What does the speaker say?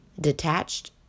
detached